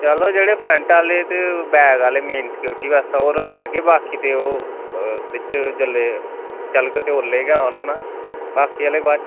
चलो जेह्ड़े फ्रंट आह्ले ते बैक आह्ले मेन सिक्योरटी बास्तै ओह् रक्खी लैगे बाकी ते ओह् बिच जिल्लै चलग ते ओल्लै गै आन होना बाकी आह्ले बाद च